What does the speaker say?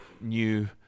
new